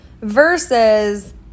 versus